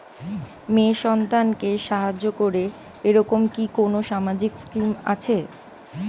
মেয়ে সন্তানকে সাহায্য করে এরকম কি কোনো সামাজিক স্কিম আছে?